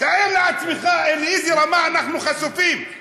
תאר לעצמך לאיזו רמה אנחנו חשופים: